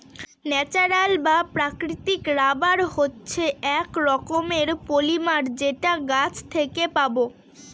natural বা প্রাকৃতিক rubber হচ্ছে এক রকমের পলিমার যেটা গাছ থেকে পাবো